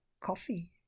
coffee